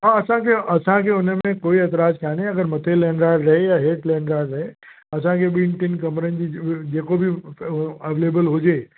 हा असांखे असांखे हुन में कोई ऐतराज़ कान्हे अगरि मथे लैंडलॉर्ड रहे या हेठि लैंडलॉर्ड रहे असांखे ॿिनि टिनि कमरनि जी जेको बि उहो अवलेबिल हुजे